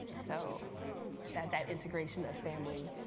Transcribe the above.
so that that integration of family,